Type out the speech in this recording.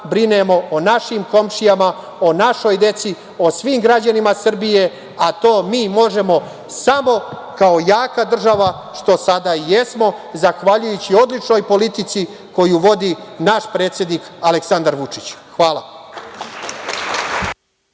brinemo o našim komšijama, o našoj deci, o svim građanima Srbije, a to mi možemo samo kao jaka država, što sada i jesmo zahvaljujući odličnoj politici koju vodi naš predsednik Aleksandar Vučić. Hvala.